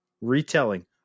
retelling